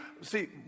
See